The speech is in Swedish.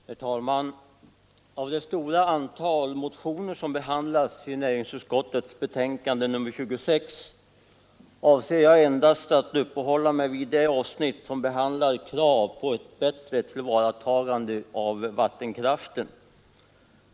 Herr talman! Av det stora antal motioner som behandlats i näringsutskottets betänkande nr 26 avser jag att endast uppehålla mig vid det avsnitt som behandlar krav på ett bättre tillvaratagande av vattenkraften.